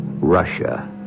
Russia